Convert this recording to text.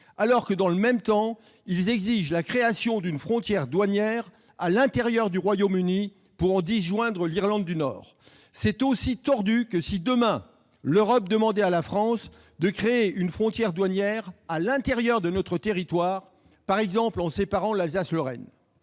alors que, dans le même temps, ils exigent la création d'une frontière douanière à l'intérieur du Royaume-Uni pour en disjoindre l'Irlande du Nord. C'est aussi tordu que si, demain, l'Europe demandait à la France de créer une frontière douanière à l'intérieur de notre territoire, par exemple en séparant l'Alsace-Lorraine.